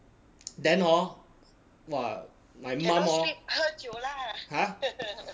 then hor !wah! my mum hor !huh!